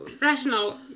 rational